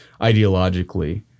ideologically